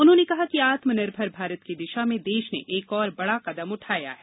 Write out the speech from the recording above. उन्होंने कहा कि आत्मनिर्भर भारत की दिशा में देश ने एक और बड़ा कदम उठाया है